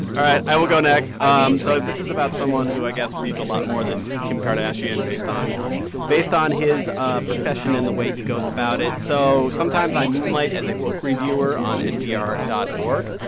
i i will go next. um so this is about someone who, i guess, reads a lot more than kim kardashian, based on based on his ah profession and the way he goes about it. so sometimes i moonlight as a book reviewer on npr dot org,